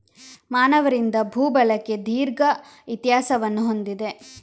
ಮಾನವರಿಂದ ಭೂ ಬಳಕೆ ದೀರ್ಘ ಇತಿಹಾಸವನ್ನು ಹೊಂದಿದೆ